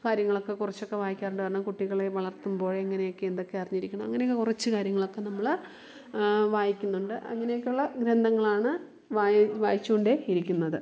കാര്യങ്ങളൊക്കെ കുറച്ചൊക്കെ വായിക്കാറുണ്ട് അതു കാരണം കുട്ടികളെ വളർത്തുമ്പോൾ എങ്ങനെയൊക്കെ എന്തൊക്കെ അറിഞ്ഞിരിക്കണം അങ്ങനെയൊക്കെ കുറച്ച് കാര്യങ്ങളൊക്കെ നമ്മൾ വായിക്കുന്നുണ്ട് അങ്ങനെയൊക്കെ ഉള്ള ഗ്രന്ഥങ്ങളാണ് വായി വായിച്ചു കൊണ്ട് ഇരിക്കുന്നത്